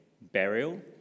burial